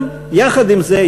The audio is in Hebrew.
ויחד עם זה,